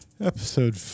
Episode